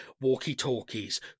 Walkie-talkies